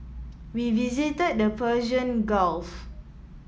we visited the Persian Gulf